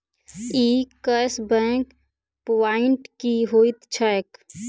ई cash back point की होइत छैक?